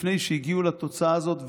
לפני שהגיעו לתוצאה הזאת.